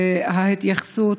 וההתייחסות